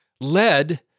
led